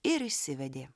ir išsivedė